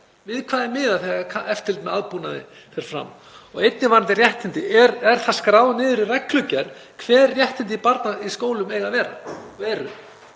Við hvað er miðað þegar eftirlit með aðbúnaði fer fram? Og einnig varðandi réttindi. Er það skráð í reglugerð hver réttindi barna í skólum eiga að vera